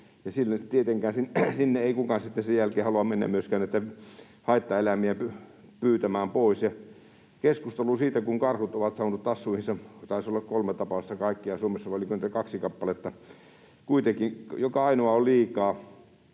tietenkään sinne ei kukaan sitten sen jälkeen halua mennä myöskään näitä haittaeläimiä pyytämään pois. On keskusteltu siitä, kun karhut ovat saaneet tassuihinsa — taisi olla kolme tapausta kaikkiaan Suomessa, vai oliko niitä kaksi kappaletta. Kuitenkin joka ainoa on liikaa.